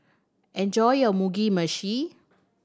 enjoy your Mugi Meshi